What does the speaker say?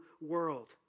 world